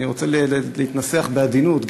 אני רוצה להתנסח בעדינות,